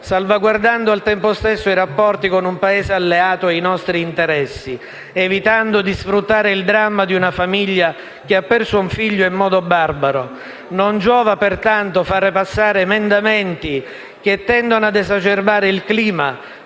salvaguardando ai tempo stesso i rapporti con un Paese alleato e i nostri interessi, evitando di sfruttare il dramma di una famiglia che ha perso un figlio in modo barbaro. Non giova, pertanto, far passare emendamenti che tendono ad esacerbare il clima,